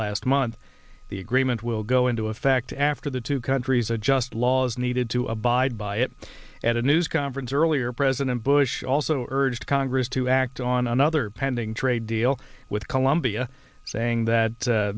last month the agreement will go into effect after the two countries adjust laws needed to abide by it at a news conference earlier president bush also urged congress to act on another pending trade deal with colombia saying that